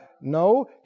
No